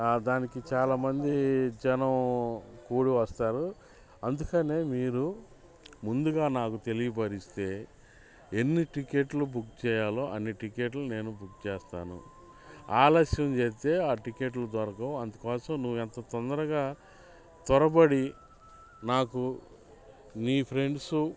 దానికి చాలా మంది జనం కూడి వస్తారు అందుకని మీరు ముందుగా నాకు తెలియపరిస్తే ఎన్ని టికెట్లు బుక్ చేయాలో అన్ని టికెట్లు నేను బుక్ చేస్తాను ఆలస్యం చేస్తే ఆ టికెట్లు దొరకవు అందుకోసం నువ్వు ఎంత తొందరగా త్వరపడి నాకు నీ ఫ్రెండ్సు